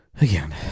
again